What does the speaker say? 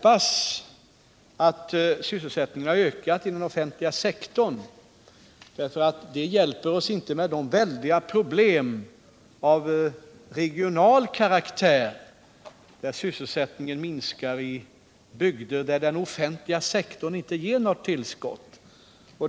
Att sysselsättningen har ökat inom den offentliga sektorn hjälper oss inte på grund av de väldig problemen av regional karaktär — sysselsättningen minskar i bygder där den offentliga sektorn inte ger något tillskott.